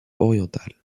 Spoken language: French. orientale